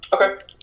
okay